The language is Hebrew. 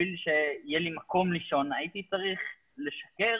בשביל שיהיה לי מקום לישון, הייתי צריך לשקר